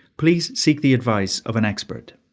please seek the advice of an expert.